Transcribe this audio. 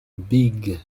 big